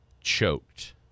choked